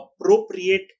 appropriate